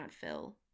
fill